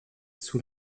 sous